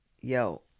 yo